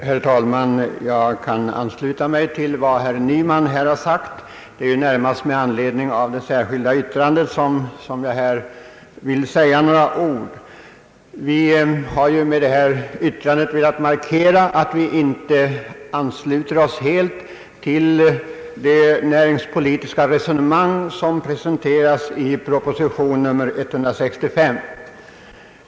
Herr talman! Jag kan ansluta mig till vad herr Nyman har anfört, och jag vill med anledning av det särskilda yttrandet ytterligare tillägga några ord. Vi har med det särskilda yttrandet velat markera att vi inte helt ansluter oss till det näringspolitiska resonemang som presenteras i propositionen nr 165.